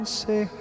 say